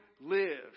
live